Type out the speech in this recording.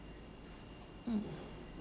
mm